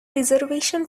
reservation